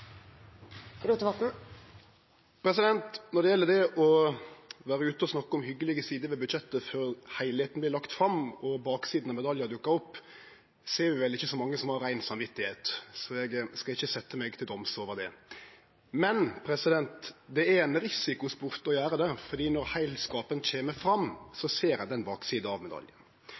Når det gjeld å vere ute og snakke om hyggjelege sider ved budsjettet før heilskapen vert lagt fram og baksida av medaljen dukkar opp, ser vi vel ikkje så mange som har reint samvit. Så eg skal ikkje setje meg til doms over det. Men det er ein risikosport å gjere det, for når heilskapen kjem fram, ser ein den baksida av medaljen.